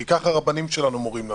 כי ככה הרבנים שלנו מורים לנו.